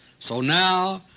so now,